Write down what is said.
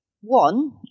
One